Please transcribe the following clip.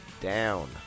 down